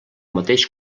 mateix